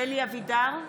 אלי אבידר,